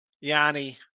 Yanni